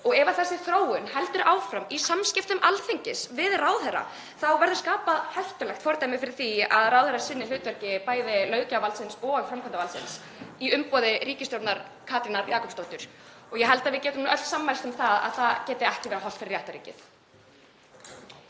Ef þessi þróun heldur áfram í samskiptum Alþingis við ráðherra, þá verður skapað hættulegt fordæmi fyrir því að ráðherrar sinni bæði hlutverki löggjafarvaldsins og framkvæmdarvaldsins — í umboði ríkisstjórnar Katrínar Jakobsdóttur. Ég held að við getum öll sammælst um að það geti ekki verið hollt fyrir réttarríkið.